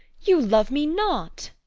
you love me not.